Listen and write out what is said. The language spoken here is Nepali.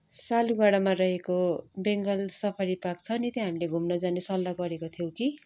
सालुगढामा रहेको बेङ्गाल सफारी पार्क छ नि त्यहाँ हामीले घुम्न जाने सल्लाह गरेको थियौँ कि